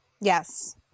Yes